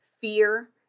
fear